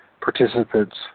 participants